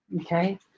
okay